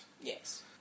Yes